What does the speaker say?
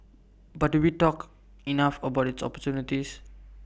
but do we talk enough about its opportunities